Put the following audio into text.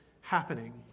happening